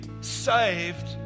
saved